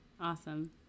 Awesome